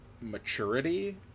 maturity